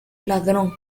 ladrón